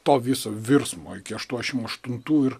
to viso virsmo iki aštuoniasdešimt aštuntų ir